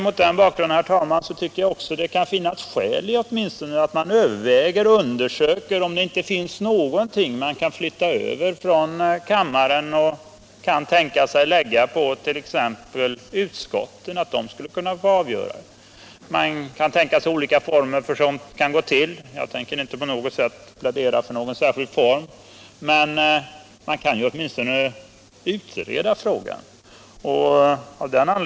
Mot den bakgrunden tycker jag att det kan finnas anledning att åtminstone överväga om inte vissa frågor kunde flyttas bort från kammaren och i stället lämnas åt utskotten att avgöra. Man kan tänka sig olika former för hur det kan gå till, och jag ämnar inte plädera för någon särskild form, men man kunde åtminstone utreda frågan. Herr talman!